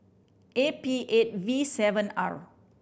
A P eight V seven R